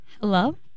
Hello